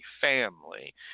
family